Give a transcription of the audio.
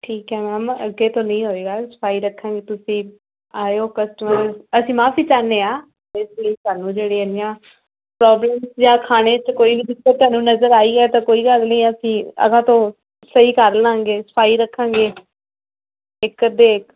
ਠੀਕ ਹੈ ਮੈਮ ਅੱਗੇ ਤੋਂ ਨਹੀਂ ਹੋਵੇਗਾ ਸਫ਼ਾਈ ਰੱਖਾਂਗੇ ਤੁਸੀਂ ਆਇਓ ਕਸਟਮਰ ਅਸੀਂ ਮਾਫ਼ੀ ਚਾਹੁੰਦੇ ਹਾਂ ਤੁਸੀਂ ਸਾਨੂੰ ਜਿਹੜੀਆਂ ਇੰਨੀਆਂ ਪ੍ਰੋਬਲਮਸ ਜਾਂ ਖਾਣੇ 'ਚ ਕੋਈ ਵੀ ਦਿੱਕਤ ਤੁਹਾਨੂੰ ਨਜ਼ਰ ਆਈ ਹੈ ਤਾਂ ਕੋਈ ਗੱਲ ਨਹੀਂ ਅਸੀਂ ਅਗਾਂਹ ਤੋਂ ਸਹੀ ਕਰ ਲਵਾਂਗੇ ਸਫ਼ਾਈ ਰੱਖਾਂਗੇ ਇੱਕ ਅੱਧੇ ਇੱਕ